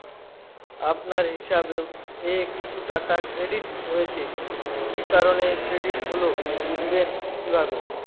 আপনার হিসাব এ কিছু টাকা ক্রেডিট হয়েছে কি কারণে ক্রেডিট হল বুঝবেন কিভাবে?